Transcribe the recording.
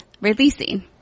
releasing